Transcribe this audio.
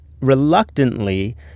reluctantly